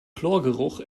chlorgeruch